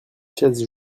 chaises